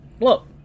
Look